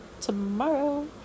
tomorrow